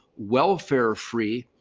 welfare free,